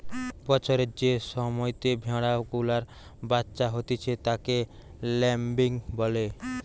বছরের যে সময়তে ভেড়া গুলার বাচ্চা হতিছে তাকে ল্যাম্বিং বলে